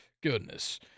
Goodness